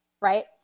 right